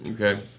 okay